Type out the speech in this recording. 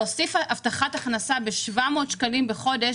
להוסיף הבטחת הכנסה של 700 שקלים בחודש,